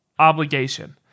obligation